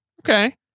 Okay